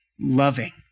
loving